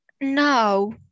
No